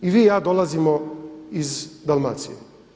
I vi i ja dolazimo iz Dalmacije.